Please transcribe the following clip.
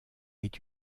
est